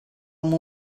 amb